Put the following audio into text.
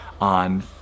on